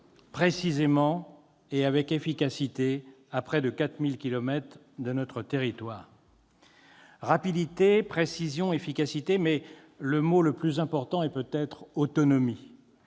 précisément et avec efficacité à près de 4 000 kilomètres de notre territoire. Rapidité, précision, efficacité, mais le mot le plus important est peut-être « autonomie